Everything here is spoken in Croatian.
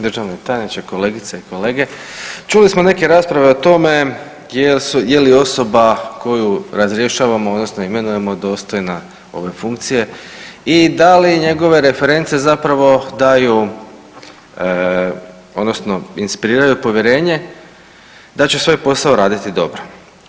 Državni tajniče, kolegice i kolege, čuli smo neke rasprave o tome je li osoba koju razrješavamo odnosno imenujemo dostojna ove funkcije i da li njegove reference zapravo daju odnosno inspiriraju povjerenje da će svoj posao raditi dobro.